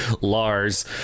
Lars